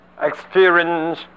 experience